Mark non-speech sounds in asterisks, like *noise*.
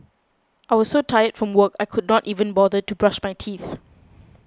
I was so tired from work I could not even bother to brush my teeth *noise*